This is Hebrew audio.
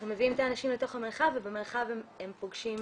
אנחנו מביאים את האנשים לתוך המרחב ובמרחב הם פוגשים